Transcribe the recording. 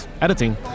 editing